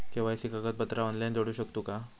KYC कागदपत्रा online जोडू शकतू का?